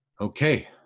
okay